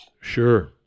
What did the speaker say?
Sure